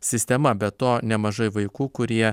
sistema be to nemažai vaikų kurie